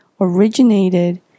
originated